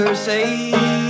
Say